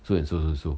so and so so so